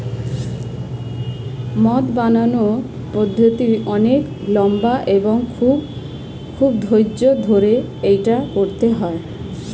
মদ বানানোর পদ্ধতিটি অনেক লম্বা এবং খুব ধৈর্য্যের সাথে এটা করতে হয়